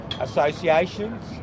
associations